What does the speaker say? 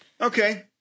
Okay